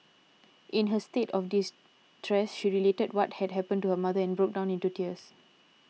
in her state of distress she related what had happened to her mother and broke down in tears